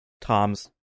Tom's